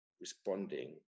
responding